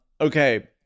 Okay